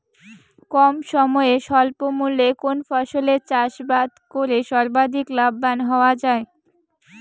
কম সময়ে স্বল্প মূল্যে কোন ফসলের চাষাবাদ করে সর্বাধিক লাভবান হওয়া য়ায়?